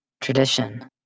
Tradition